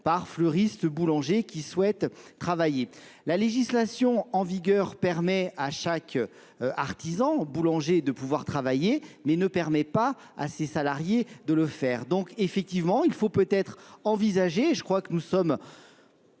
par fleuristes boulangers qui souhaitent travailler. La législation en vigueur permet à chaque artisan boulanger de pouvoir travailler mais ne permet pas à ses salariés de le faire. Donc effectivement il faut peut-être envisager, je crois que nous sommes